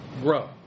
grow